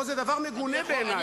לא, זה דבר מגונה בעיני.